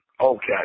Okay